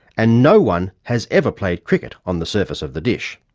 and no one has ever played cricket on the surface of the dish.